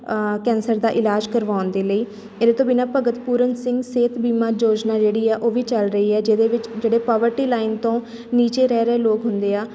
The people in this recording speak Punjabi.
ਕੈਂਸਰ ਦਾ ਇਲਾਜ ਕਰਵਾਉਣ ਦੇ ਲਈ ਇਹਦੇ ਤੋਂ ਬਿਨਾਂ ਭਗਤ ਪੂਰਨ ਸਿੰਘ ਸਿਹਤ ਬੀਮਾ ਯੋਜਨਾ ਜਿਹੜੀ ਹੈ ਉਹ ਵੀ ਚੱਲ ਰਹੀ ਹੈ ਜਿਹਦੇ ਵਿੱਚ ਜਿਹੜੇ ਪਾਵਰਟੀ ਲਾਈਨ ਤੋਂ ਨੀਚੇ ਰਹਿ ਰਹੇ ਲੋਕ ਹੁੰਦੇ ਆ